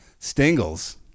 Stingles